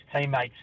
teammates